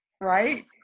right